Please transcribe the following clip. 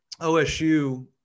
OSU